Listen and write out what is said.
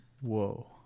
whoa